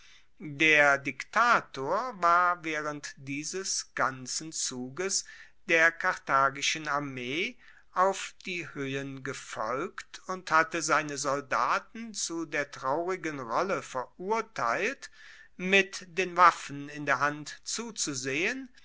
der diktator war waehrend dieses ganzen zuges der karthagischen armee auf die hoehen gefolgt und hatte seine soldaten zu der traurigen rolle verurteilt mit den waffen in der hand zuzusehen